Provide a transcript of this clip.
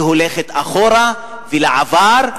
היא הולכת אחורה ולעבר,